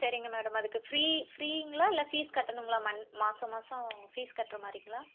சரிங்க மேடம் அதுக்கு ஃப்ரீ ஃப்ரீங்களா இல்லை ஃபீஸ் கட்டணுங்களா மந் மாத மாதம் ஃபீஸ் கட்டுற மாதிரிங்களா